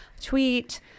Tweet